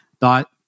thought